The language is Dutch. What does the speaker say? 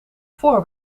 voor